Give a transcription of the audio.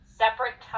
separate